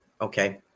Okay